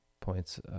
points